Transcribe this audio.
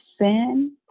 sin